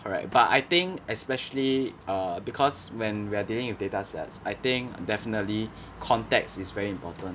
correct but I think especially err because when we are dealing with data sets I think definitely context is very important